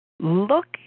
Look